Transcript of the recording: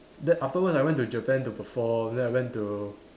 then afterwards I went to Japan to perform then I went to